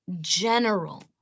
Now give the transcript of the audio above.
general